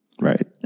Right